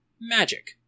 Magic